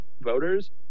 voters